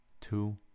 two